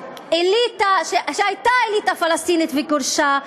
היכן שהייתה אליטה פלסטינית וגורשה,